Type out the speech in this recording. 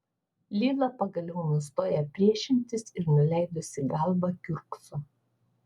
lila pagaliau nustoja priešintis ir nuleidusi galvą kiurkso